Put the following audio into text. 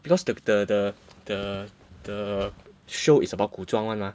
because the the the the the show is about 古装 [one] mah